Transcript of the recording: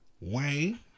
Wayne